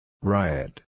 Riot